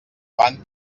fan